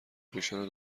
پوشان